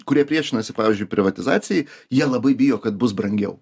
kurie priešinasi pavyzdžiui privatizacijai jie labai bijo kad bus brangiau